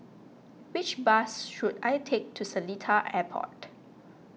which bus should I take to Seletar Airport